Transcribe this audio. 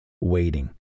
waiting